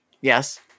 Yes